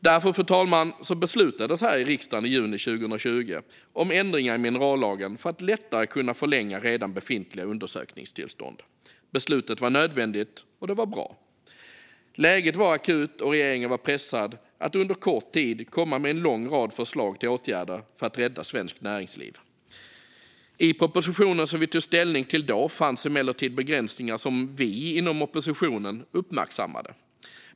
Därför, fru talman, beslutade man här i riksdagen i juni 2020 om ändringar i minerallagen för att lättare kunna förlänga redan befintliga undersökningstillstånd. Beslutet var nödvändigt och bra. Läget var akut, och regeringen var pressad att under kort tid komma med en lång rad förslag till åtgärder för att rädda svenskt näringsliv. I propositionen vi tog ställning till då fanns emellertid begränsningar som vi inom oppositionen uppmärksammade.